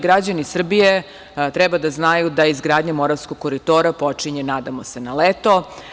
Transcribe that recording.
Građani Srbije treba da znaju da izgradnja Moravskog koridora počinje, nadamo se na leto.